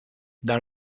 dans